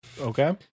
Okay